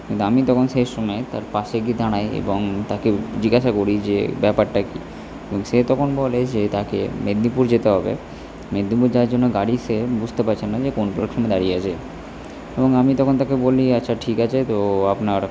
কিন্তু আমি তখন সেই সময় তার পাশে গিয়ে দাঁড়াই এবং তাকে জিজ্ঞাসা করি যে ব্যাপারটা কী সে তখন বলে যে তাকে মেদিনীপুর যেতে হবে মেদিনীপুর যাওয়ার জন্য গাড়ি সে বুঝতে পারছে না যে কোন প্ল্যাটফর্মে দাঁড়িয়ে আছে এবং আমি তখন তাকে বলি আচ্ছা ঠিক আছে তো আপনার